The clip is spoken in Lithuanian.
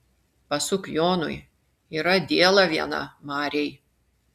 pasuk jonui yra diela viena marėj